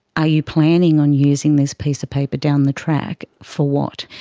are you planning on using this piece of paper down the track? for what?